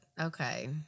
Okay